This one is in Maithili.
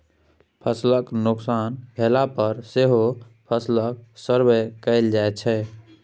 फसलक नोकसान भेला पर सेहो फसलक सर्वे कएल जाइ छै